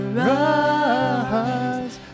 rise